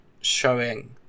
showing